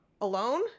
alone